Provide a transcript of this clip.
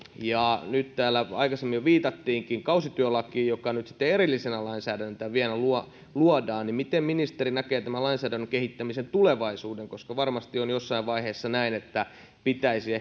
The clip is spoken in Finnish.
täällä aikaisemmin jo viitattiinkin kausityölakiin joka nyt sitten erillisenä lainsäädäntönä vielä luodaan miten ministeri näkee tämän lainsäädännön kehittämisen tulevaisuuden varmasti on jossain vaiheessa näin että pitäisi